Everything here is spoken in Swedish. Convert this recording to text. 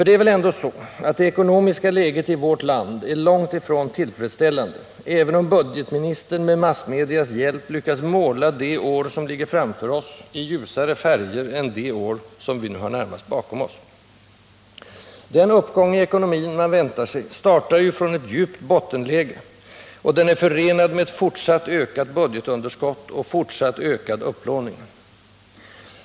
Det är väl ändå så, att det ekonomiska läget i vårt land är långt ifrån tillfredsställande, även om budgetministern med massmedias hjälp lyckas måla det år som ligger framför oss i ljusare färger än de år som vi nu har närmast bakom oss. Den uppgång i ekonomin man väntar sig startar ju från ett djupt bottenläge, och den är förenad med ett fortsatt ökat budgetunderskott och fortsatt ökad upplåning.